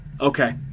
Okay